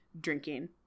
drinking